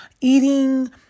eating